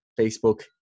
Facebook